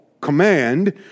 command